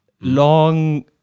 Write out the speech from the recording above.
long